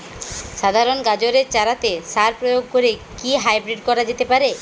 সাধারণ গাজরের চারাতে সার প্রয়োগ করে কি হাইব্রীড করা যেতে পারে?